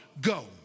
go